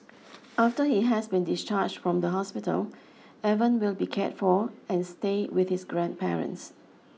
after he has been discharged from the hospital Evan will be cared for and stay with his grandparents